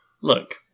Look